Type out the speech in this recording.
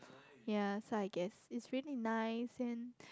ya so I guess it's really nice and